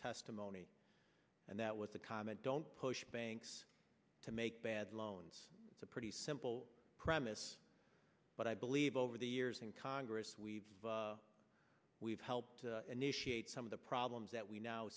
testimony and that was the comment don't push banks to make bad loans pretty simple premise but i believe over the years in congress we've we've helped initiate some of the problems that we now